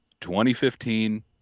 2015